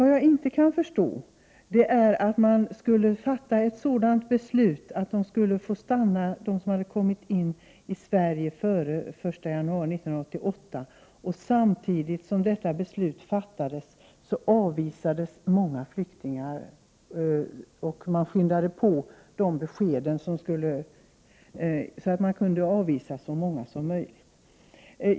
Vad jag inte kan förstå är att man fattar ett beslut att de som hade kommit till Sverige före den 1 januari 1988 skulle få stanna samtidigt som många flyktingar avvisades. Man skyndade på dessa besked så man skulle kunna avvisa så många som möjligt.